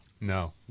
No